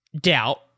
Doubt